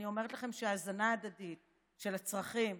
אני אומרת לכם שהזנה הדדית של הצרכים,